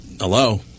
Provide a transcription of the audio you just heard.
Hello